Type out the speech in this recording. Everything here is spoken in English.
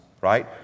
right